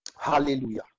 Hallelujah